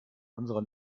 unserer